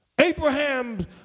Abraham